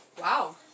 Wow